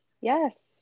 Yes